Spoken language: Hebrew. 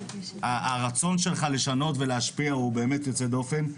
הרצון שלך לשנות ולהשפיע הוא באמת יוצא דופן.